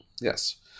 Yes